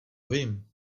vím